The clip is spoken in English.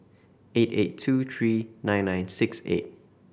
eight eight two three nine nine six eight